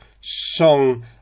song